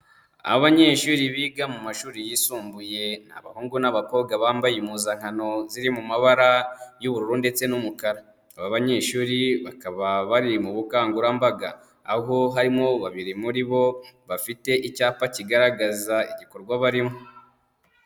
Abanyeshuri biga mu mashuri yisumbuye, ni abahungu n'abakobwa bambaye impuzankano ziri mu mabara y'ubururu ndetse n'umukara, aba banyeshuri bakaba bari mu bukangurambaga, aho harimo babiri muri bo bafite icyapa kigaragaza igikorwa barimo.